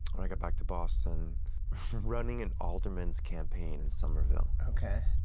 when i got back to boston running an alderman's campaign in somerville. ok.